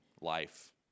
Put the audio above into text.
life